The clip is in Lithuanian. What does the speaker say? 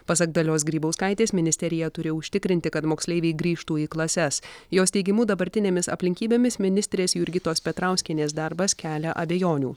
pasak dalios grybauskaitės ministerija turi užtikrinti kad moksleiviai grįžtų į klases jos teigimu dabartinėmis aplinkybėmis ministrės jurgitos petrauskienės darbas kelia abejonių